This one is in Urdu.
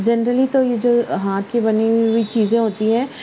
جنرلی تو یہ جو ہاتھ کی بنی ہوئی ہوئی چیزیں ہوتی ہیں